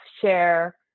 share